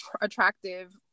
attractive